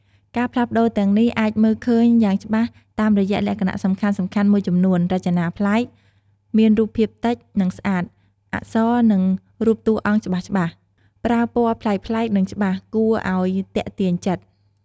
ការផ្លាស់ប្ដូរទាំងនេះអាចមើលឃើញយ៉ាងច្បាស់តាមរយៈលក្ខណៈសំខាន់ៗមួយចំនួន រចនាប្លែក មានរូបភាពតិច និងស្អាត អក្សរ និងរូបតួអង្គច្បាស់ៗ ប្រើពណ៌ប្លែកៗនឹងច្បាស់ គួរអោយទាក់ទាញចិត្ត ។